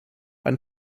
ein